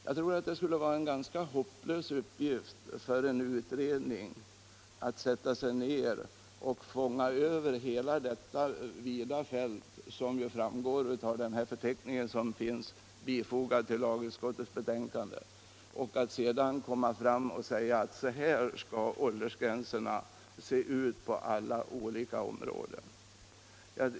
Jag tror att det skulle vara en ganska hopplös uppgift för en utredning att överblicka hela det vida fält som framgår av den förteckning som finns bifogad till lagutskottets betänkande och därefter komma fram med ett förslag om hur åldersgränserna skall sättas på alla olika områden.